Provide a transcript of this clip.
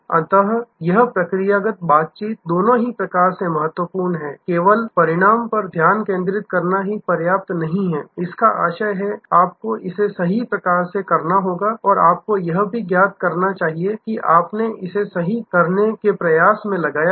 अतः यह प्रक्रियागत बातचीत दोनों ही प्रकार से महत्वपूर्ण हैं केवल परिणाम पर ध्यान केंद्रित करना ही पर्याप्त नहीं है इसका आशय है आपको इसे सही प्रकार से करना होगा और आपको यह भी ज्ञात होना चाहिए कि आपने इसे सही करने के प्रयास में लगाया है